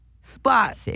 spot